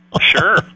sure